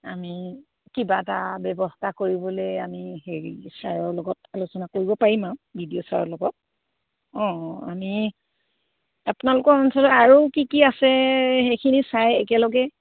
আমি কিবা এটা ব্যৱস্থা কৰিবলৈ আমি হেৰি ছাৰৰ লগত আলোচনা কৰিব পাৰিম আৰু বি ডি অ' ছাৰৰ লগত অঁ আমি আপোনালোকৰ অঞ্চলত আৰু কি কি আছে সেইখিনি চাই একেলগে